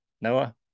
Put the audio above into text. noah